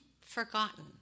Forgotten